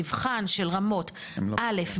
מבחן של רמות א',